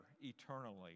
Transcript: eternally